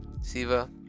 Siva